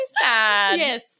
Yes